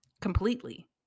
Completely